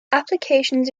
applications